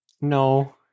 no